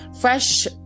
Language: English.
fresh